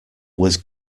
was